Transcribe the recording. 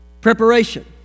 Preparation